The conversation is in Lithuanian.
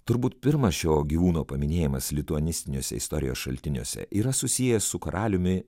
turbūt pirmas šio gyvūno paminėjimas lituanistiniuose istorijos šaltiniuose yra susijęs su karaliumi